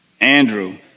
Andrew